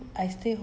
I think from